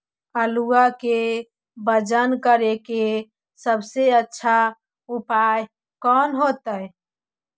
आलुआ के वजन करेके सबसे अच्छा उपाय कौन होतई?